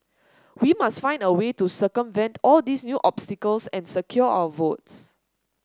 we must find a way to circumvent all these new obstacles and secure our votes